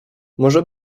może